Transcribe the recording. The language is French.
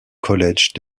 college